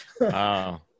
Wow